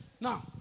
Now